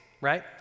right